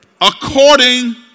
according